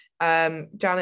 Janet